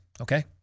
okay